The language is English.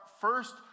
first